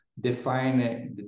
define